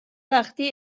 وقتی